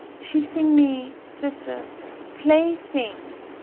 she thing me jus' a plaything.